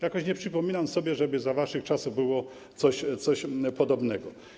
Jakoś nie przypominam sobie, żeby za waszych czasów było coś podobnego.